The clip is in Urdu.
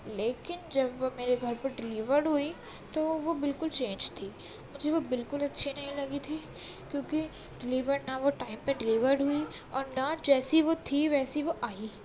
لیکن جب وہ میرے گھر پہ ڈلیورڈ ہوئی تو وہ بالکل چینج تھی مجھے وہ بالکل اچھی نہیں لگی تھی کیونکہ ڈلیور نہ وہ ٹائم پہ ڈلیورڈ ہوئی اور نہ جیسی وہ تھی ویسی وہ آئی